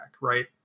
right